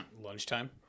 lunchtime